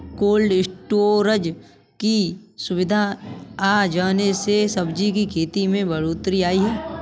cold storage की सुविधा आ जाने से सब्जी की खेती में बढ़ोत्तरी आई है